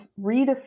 redefine